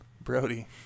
Brody